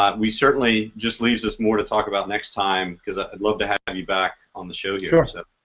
um we certainly, just leaves us more to talk about next time cause i'd love to have and you back on the show here. sort of